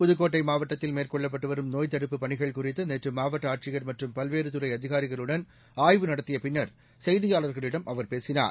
புதுக்கோட்டை மாவட்டத்தில் மேற்கொள்ளப்பட்டு வரும் நோய்த் தடுப்புப் பணிகள் குறித்து நேற்று மாவட்ட ஆட்சியர் மற்றும் பல்வேறு துறை அதிகாரிகளுடன் ஆய்வு நடத்திய பின்னர் செய்தியாளர்களிடம் அவர் பேசினார்